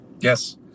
Yes